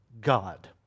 God